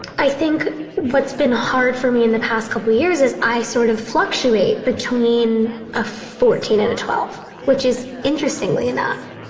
i think what's been hard for me in the past couple of years is i sort of fluctuate between a fourteen and a twelve, which is, interestingly enough,